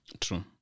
True